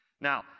Now